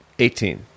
Eighteen